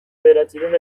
bederatziehun